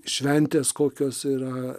šventės kokios yra